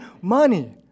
money